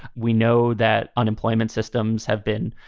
we know that unemployment systems have been